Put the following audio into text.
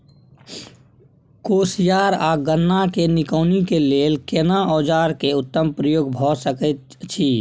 कोसयार आ गन्ना के निकौनी के लेल केना औजार के उत्तम प्रयोग भ सकेत अछि?